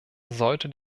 sollte